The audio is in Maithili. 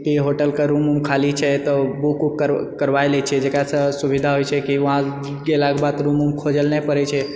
कि होटलके रूम उम खाली छै तऽ बुक उक करबाए लए छिऐ जकरासँ सुविधा होइत छै कि वहांँ गेलाके बाद रूम उम खोजए लए नहि पड़ैत छै